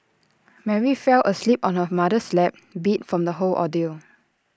Mary fell asleep on her mother's lap beat from the whole ordeal